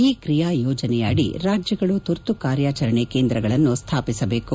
ಈ ಕ್ರಿಯಾಯೋಜನೆ ಅಡಿ ರಾಜ್ಜಗಳು ತುರ್ತು ಕಾರ್ಯಾಚರಣೆ ಕೇಂದ್ರಗಳನ್ನು ಸ್ಥಾಪಿಸಬೇಕು